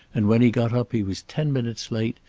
and when he got up he was ten minutes late,